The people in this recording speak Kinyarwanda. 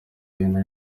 nari